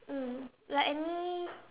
mm like any